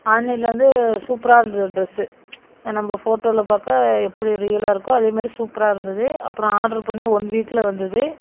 ஆன்லைன்ல வந்து சூப்பராக இருந்தது ட்ரெஸ்ஸு நம்ம ஃபோட்டோவில பார்க்க எப்படி ரியலாக இருக்கோ அதேமாதிரி சூப்பராக இருந்தது அப்புறம் ஆட்ரு பண்ணி ஒன் வீக்ல வந்தது